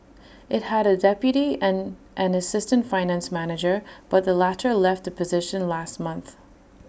IT had A deputy and an assistant finance manager but the latter left the position last month